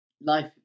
Life